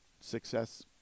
success